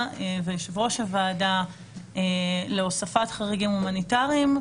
ויושב-ראש הוועדה להוספת חריגים הומניטריים.